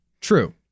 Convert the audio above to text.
True